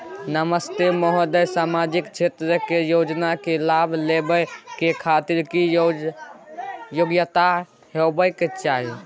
नमस्ते महोदय, सामाजिक क्षेत्र के योजना के लाभ लेबै के खातिर की योग्यता होबाक चाही?